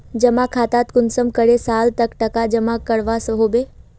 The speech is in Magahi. जमा खातात कुंसम करे साल तक टका जमा करवा होबे?